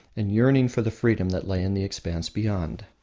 and yearning for the freedom that lay in the expanse beyond.